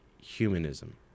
humanism